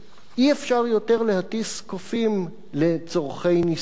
אי-אפשר יותר להטיס קופים לצורכי ניסויים.